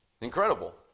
Incredible